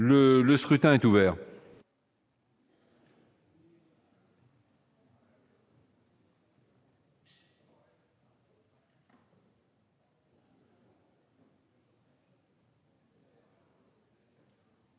Le scrutin est ouvert.